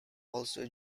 also